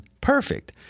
perfect